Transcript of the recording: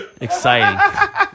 exciting